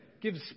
gives